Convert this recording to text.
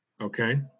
Okay